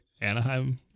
Anaheim